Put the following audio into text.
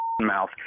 mouth